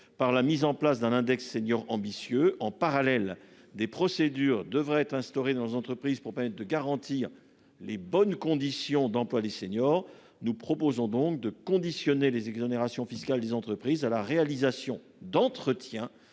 par la mise en place d'un index seniors ambitieux en parallèle des procédures devraient être instauré dans les entreprises pour permettre de garantir les bonnes conditions d'emploi des seniors. Nous proposons donc de conditionner les exonérations fiscales des entreprises à la réalisation d'entretien